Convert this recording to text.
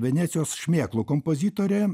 venecijos šmėklų kompozitorė